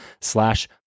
slash